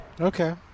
Okay